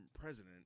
president